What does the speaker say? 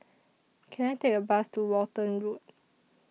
Can I Take A Bus to Walton Road